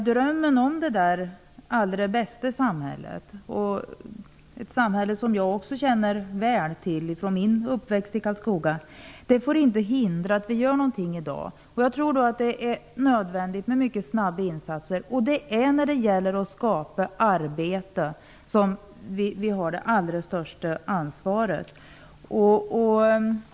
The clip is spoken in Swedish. Drömmen om det allra bästa samhället, ett samhälle som jag också känner väl till från min uppväxt i Karlskoga, får inte hindra att vi gör någonting i dag. Jag tror att det är nödvändigt med mycket snabba insatser. Det är när det gäller att skapa arbete som vi har det allra största ansvaret.